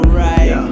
right